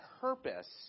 purpose